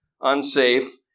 unsafe